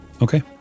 okay